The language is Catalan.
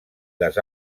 les